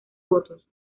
votos